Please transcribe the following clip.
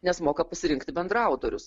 nes moka pasirinkti bendraautorius